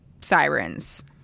sirens